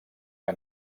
que